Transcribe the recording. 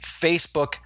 Facebook